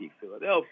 Philadelphia